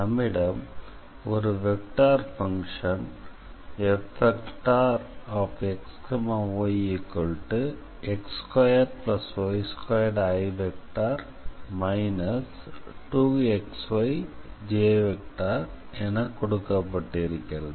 நம்மிடம் ஒரு vector function Fxyx2y2i−2xyj என கொடுக்கப்பட்டு இருக்கிறது